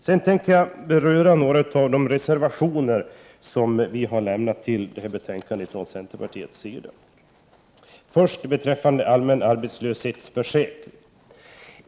Sedan tänkte jag beröra några av de reservationer som vi från centern har fogat till betänkandet och börja med frågan om allmän arbetslöshetsförsäkring.